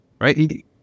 Right